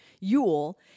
Yule